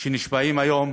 שנשבעים היום,